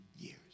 years